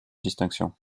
distinction